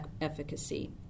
efficacy